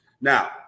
Now